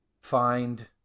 find